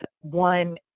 One